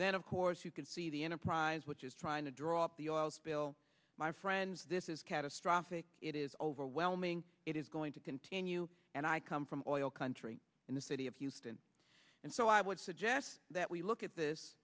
then of course you can see the enterprise which is trying to draw up the oil spill my friends this is catastrophic it is overwhelming it is going to continue and i come from oil country in the city of houston and so i would suggest that we look at this